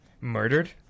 Murdered